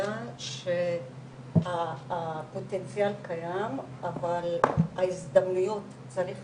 הנקודה הפוטנציאל קיים אבל ההזדמנויות צריך